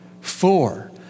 Four